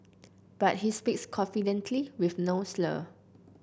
but he speaks confidently with no slur